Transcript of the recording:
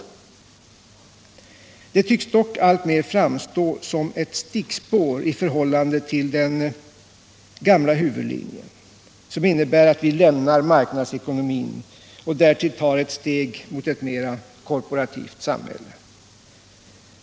Förslaget tycks dock alltmer framstå som ett stickspår i förhållande till den gamla huvudlinjen, som innebär att vi lämnar marknadsekonomin och därtill tar ett steg mot ett mera korporativt samhälle.